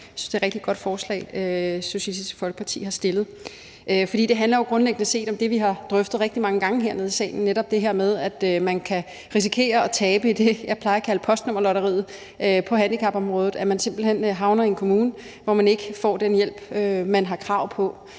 det er et rigtig godt forslag, Socialistisk Folkeparti har fremsat. For det handler jo grundlæggende set om det, vi har drøftet rigtig mange gange hernede i salen, nemlig at man kan risikere at tabe i det, jeg plejer at kalde postnummerlotteriet på handicapområdet, altså at man simpelt hen havner i en kommune, hvor man ikke får den hjælp, man har krav på,